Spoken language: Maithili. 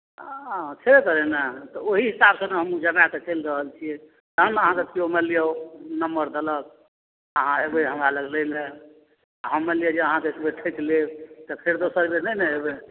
छबे करै ने तऽ ओहि हिसाबसँ ने हमहूँ जमाए कऽ चलि रहल छियै तहन ने आहाँके केओ मानि लिअ नम्बर देलक आहाँ अयबै हमरा लग लै लए आ हम मानि लिअ जे आहाँके एकबेर ठकि लेब तऽ फेर दोसर बेर नहि ने अयबै